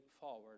forward